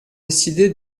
décidé